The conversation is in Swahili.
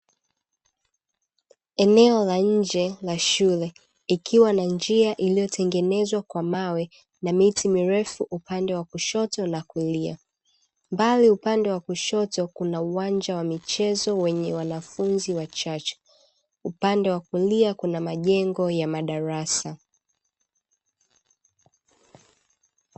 Eneo la nje la shule ikiwa na njia iliyotengenezwa kwa mawe na miti mirefu upande wa kushoto na kulia, mbali upande wa kushoto kuna uwanja wa michezo wenye wanafunzi wachache upande wa kulia kuna majengo ya madarasa.